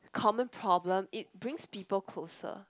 common problem it brings people closer